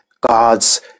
God's